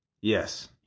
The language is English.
Yes